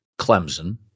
Clemson